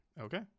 Okay